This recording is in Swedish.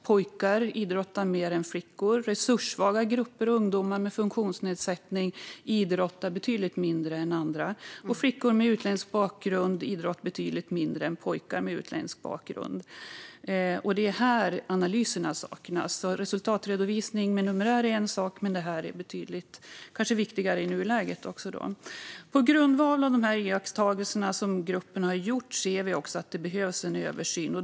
Pojkar idrottar mer än flickor, resurssvaga grupper och ungdomar med funktionsnedsättning idrottar betydligt mindre än andra och flickor med utländsk bakgrund idrottar betydligt mindre än pojkar med utländsk bakgrund. Det är här analyserna saknas. Resultatredovisning med numerär är en sak, men det här är kanske viktigare i nuläget. På grundval av de iakttagelser som gruppen har gjort ser vi att en översyn behövs.